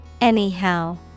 Anyhow